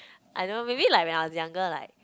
I don't know maybe like when I was younger like